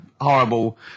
horrible